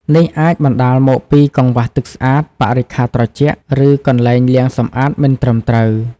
នេះអាចបណ្តាលមកពីកង្វះទឹកស្អាត បរិក្ខារត្រជាក់ ឬកន្លែងលាងសម្អាតមិនត្រឹមត្រូវ ។